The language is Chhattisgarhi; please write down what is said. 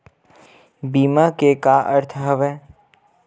बीमा के का अर्थ हवय?